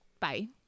Bye